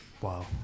Wow